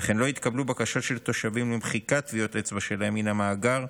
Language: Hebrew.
וכן לא יתקבלו בקשות של תושבים למחיקת טביעות אצבע שלהם מן המאגר,